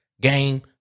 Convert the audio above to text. game